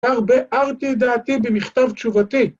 ‫כבר ביארתי דעתי במכתב תשובתי.